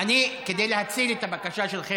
אני מסיימת.